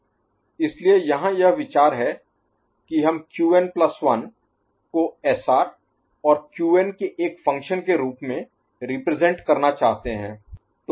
इसलिए यहाँ यह विचार है कि हम Qn प्लस 1 को SR और Qn के एक फ़ंक्शन के रूप में रिप्रेजेंट करना चाहते हैं